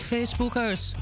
Facebookers